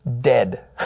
dead